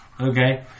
Okay